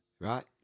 Right